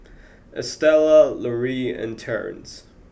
Estela Lauri and Terrence